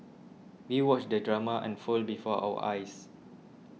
we watched the drama unfold before our eyes